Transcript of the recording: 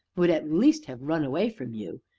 would, at least, have run away from you,